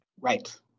Right